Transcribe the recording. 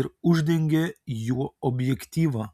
ir uždengė juo objektyvą